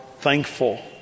thankful